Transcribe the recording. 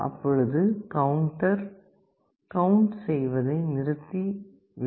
அப்பொழுது counter count செய்வதை நிறுத்தும்